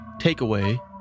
takeaway